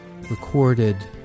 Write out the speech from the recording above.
recorded